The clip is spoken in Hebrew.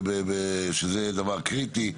שזה דבר קריטי,